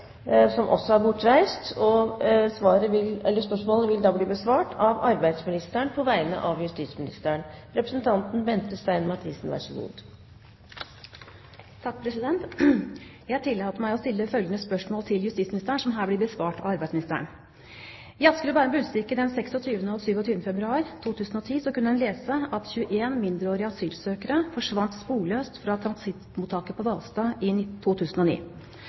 som nå blir sagt. Så er det opp til henne å vurdere det nærmere. Spørsmål 10 er allerede besvart. Dette spørsmålet, fra representanten Bente Stein Mathisen til justisministeren, vil bli besvart av arbeidsministeren på vegne av justisministeren. Jeg tillater meg å stille følgende spørsmål til justisministeren, som her blir besvart av arbeidsministeren: «I Asker og Bærum Budstikke den 26. og 27. februar 2010 kunne en lese at 21 mindreårige asylsøkere forsvant sporløst fra transittmottaket på Hvalstad i 2009.